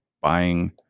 buying